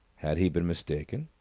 had he been mistaken?